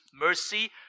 mercy